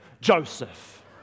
Joseph